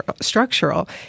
structural